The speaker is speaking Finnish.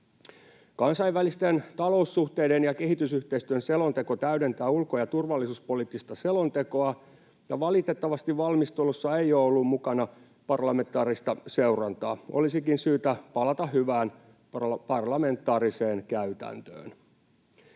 Kansainvälisten taloussuhteiden ja kehitysyhteistyön selonteko täydentää ulko- ja turvallisuuspoliittista selontekoa, mutta valitettavasti valmistelussa ei ole ollut mukana parlamentaarista seurantaa. Olisikin syytä palata hyvään parlamentaariseen käytäntöön.